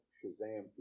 Shazam